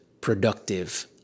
productive